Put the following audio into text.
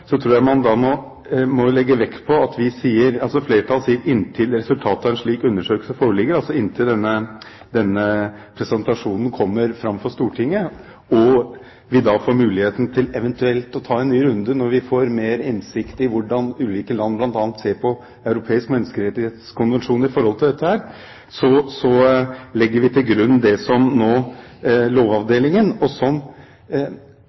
tror jeg man da må legge vekt på det flertallet sier: «Inntil resultatet av en slik undersøkelse foreligger », altså inntil denne presentasjonen kommer fram for Stortinget, og vi da får muligheten til eventuelt å ta en ny runde når vi får mer innsikt i hvordan ulike land bl.a. ser på Den europeiske menneskerettskonvensjon i forhold til dette, legger vi til grunn det som